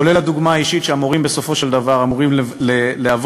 כולל הדוגמה האישית שהמורים בסופו של דבר אמורים להוות